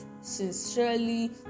sincerely